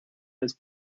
his